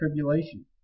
tribulation